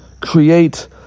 create